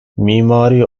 mimari